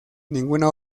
ninguna